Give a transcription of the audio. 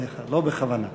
בכוונה.